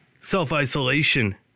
self-isolation